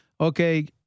okay